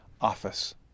office